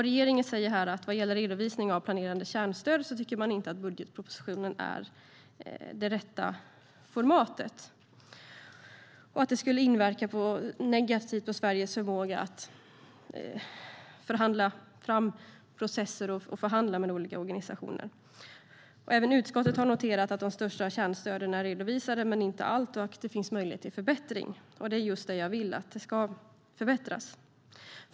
Regeringen säger vad gäller redovisning av planerade kärnstöd att man inte tycker att budgetpropositionen är det rätta formatet och att en sådan redovisning skulle inverka negativt på Sveriges förmåga att förhandla fram processer och förhandla mellan olika organisationer. Även utskottet har noterat att de största kärnstöden är redovisade, men inte allt, och att det finns möjlighet till förbättring. Det är just det jag vill: att det ska förbättras.